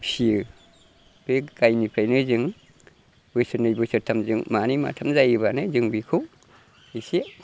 फियो बे गायनिफ्रायनो जों बोसोरनै बोसोरथामजों मानै माथाम जायोब्लानो जों बेखौ एसे